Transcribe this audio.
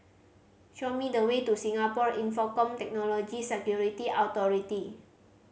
show me the way to Singapore Infocomm Technology Security Authority